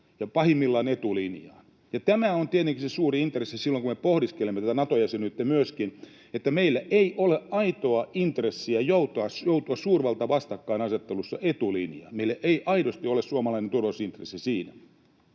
pahimmillaan etulinjaan. Tämä on tietenkin se suuri intressi myöskin silloin, kun me pohdiskelemme tätä Nato-jäsenyyttä, että meillä ei ole aitoa intressiä joutua suurvaltojen vastakkainasettelussa etulinjaan, meillä ei aidosti ole suomalainen turvallisuusintressi siinä.